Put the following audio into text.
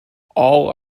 all